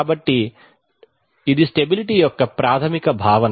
కాబట్టి ఇది స్టెబిలిటీ యొక్క ప్రాథమిక భావన